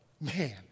Man